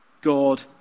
God